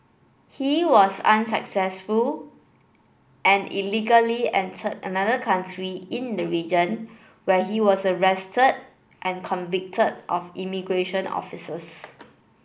he was unsuccessful and illegally entered another country in the region where he was arrested and convict of immigration officers